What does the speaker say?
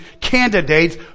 candidates